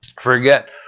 forget